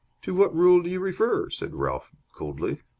to what rule do you refer? said ralph, coldly.